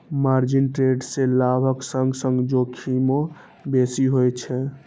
margin trade मे लाभक संग संग जोखिमो बेसी होइ छै